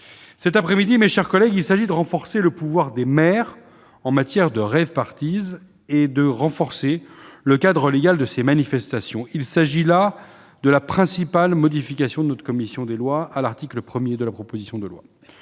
Cet après-midi, mes chers collègues, il s'agit de renforcer le pouvoir des maires en matière de rave-parties et de renforcer le cadre légal de ces manifestations. C'est l'objet de la principale modification qu'a apportée notre commission des lois à l'article 1 de cette proposition de loi,